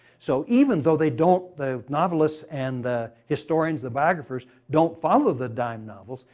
so even though they don't, the novelists and the historians, the biographers don't follow the dime novels,